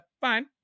fine